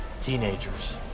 teenagers